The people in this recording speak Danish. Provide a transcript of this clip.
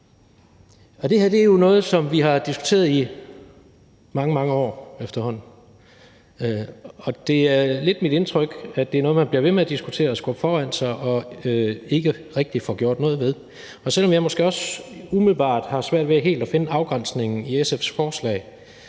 Det her er jo noget, som vi har diskuteret i mange, mange år efterhånden, og det er lidt mit indtryk, at det er noget, man bliver ved med at diskutere og skubbe foran sig og ikke rigtig får gjort noget ved. Og selv om jeg måske også umiddelbart har svært ved helt at finde afgrænsningen i SF's forslag,